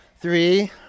three